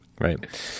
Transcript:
right